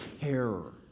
terror